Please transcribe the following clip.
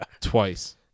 twice